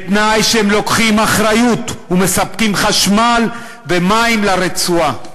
בתנאי שהם לוקחים אחריות ומספקים חשמל ומים לרצועה.